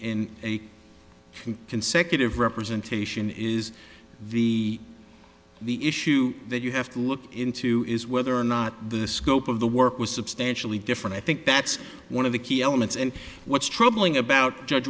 n consecutive representation is the the issue that you have to look into is whether or not the scope of the work was substantially different i think that's one of the key elements and what's troubling about judge